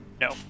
No